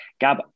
Gab